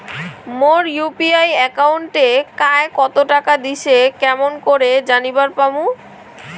মোর UPI একাউন্টে কায় কতো টাকা দিসে কেমন করে জানিবার পামু?